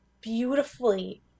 beautifully